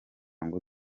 ngo